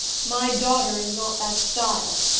my daughter is not that style.